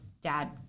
dad